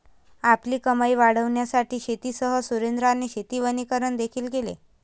आपली कमाई वाढविण्यासाठी शेतीसह सुरेंद्राने शेती वनीकरण देखील केले